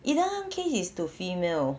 eden ang case is to female